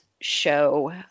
show